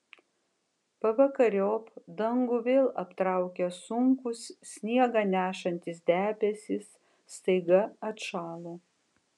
pavakariop dangų vėl aptraukė sunkūs sniegą nešantys debesys staiga atšalo